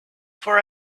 for